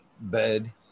bed